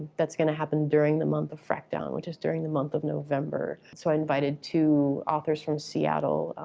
that's going to happen during the month of frack down, which is during the month of november. so, i invited two authors from seattle.